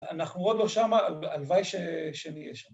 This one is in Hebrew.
‫אנחנו עוד לא שם, הלוואי שנהיה שם.